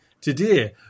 today